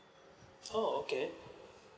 oh okay